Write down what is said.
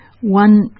One